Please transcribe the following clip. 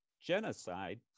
genocide